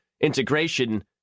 integration